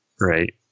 Right